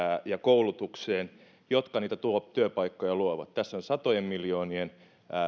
ja koulutukseen jotka niitä työpaikkoja luovat tässä on satojen miljoonien